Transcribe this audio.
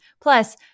Plus